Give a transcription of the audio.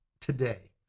today